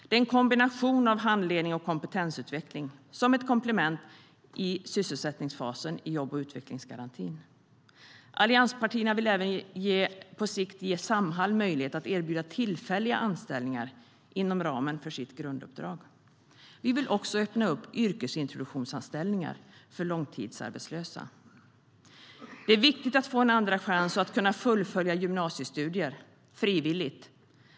Det är en kombination av handledning och kompetensutveckling, som ett komplement till sysselsättningsfasen i jobb och utvecklingsgarantin. Allianspartierna vill även på sikt ge Samhall möjlighet att erbjuda tillfälliga anställningar inom ramen för sitt grunduppdrag. Vi vill också öppna yrkesintroduktionsanställningar för långtidsarbetslösa. Det är viktigt att få en andra chans och kunna fullfölja gymnasiestudier, frivilligt.